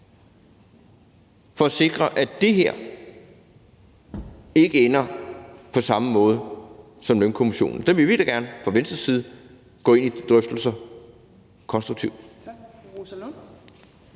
for at sikre, at det her ikke ender på samme måde som med lønkommissionen. Den vil vi da gerne fra Venstres side gå ind i konstruktive